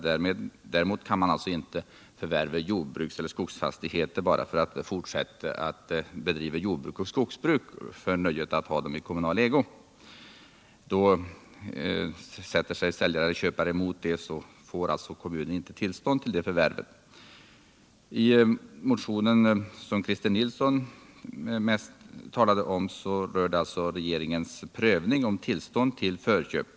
Däremot kan man inte förvärva jordbrukseller skogsbruksfastigheter och fortsätta driften av jordbruket eller skogsbruket bara för nöjet att ha dem i kommunal ägo. Sätter sig säljare eller köpare emot detta, får kommunen inte tillstånd till förvärvet. Den motion som Christer Nilsson talade om rör regeringens prövning av tillstånd till förköp.